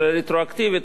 אלא רטרואקטיבית,